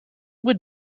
would